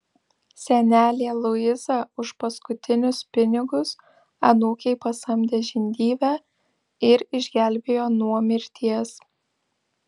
senelė luiza už paskutinius pinigus anūkei pasamdė žindyvę ir išgelbėjo nuo mirties